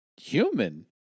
human